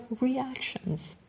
reactions